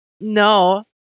No